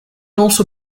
also